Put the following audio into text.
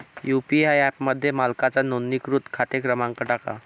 UPI ॲपमध्ये मालकाचा नोंदणीकृत खाते क्रमांक टाका